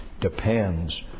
depends